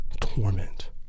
torment